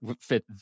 fit